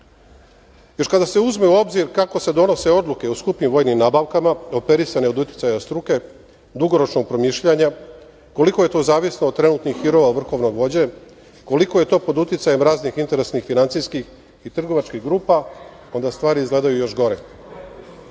kada se uzme u obzir kako se donose odluke o skupim vojnim nabavkama, operisane od uticaja struke, dugoročnog promišljanja, koliko je to zavisno od trenutnih hirova vrhovnog vođe, koliko je to pod uticajem raznih interesnih finansijskih i trgovačkih grupa, onda stvari izgledaju još gore. Kada